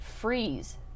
freeze